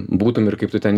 būtum ir kaip tu ten